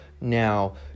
Now